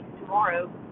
tomorrow